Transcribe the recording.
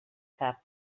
cap